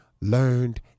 learned